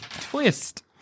twist